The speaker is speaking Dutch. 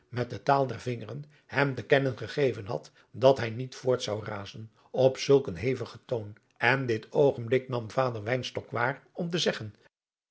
met de taal der vingeren hem te kennen gegeven had dat hij niet voort zou razen op zulk een hevigen toon en dit oogenblik nam vader wynstok waar om te zeggen